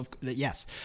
yes